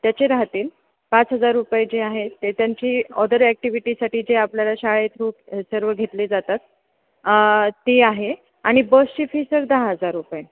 त्याचे राहतील पाच हजार रुपये जे आहे ते त्यांची ऑदर ॲक्टिविटीसाठी जे आपल्याला शाळेत रूप सर्व घेतले जातात ती आहे आणि बसची फी सर दहा हजार रुपये